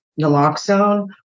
naloxone